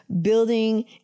building